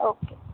okay